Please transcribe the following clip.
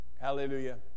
Hallelujah